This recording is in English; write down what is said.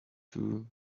too